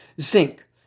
Zinc